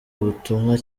ubutumwa